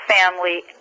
family